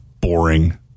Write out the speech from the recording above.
boring